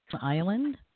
Island